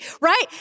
right